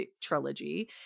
trilogy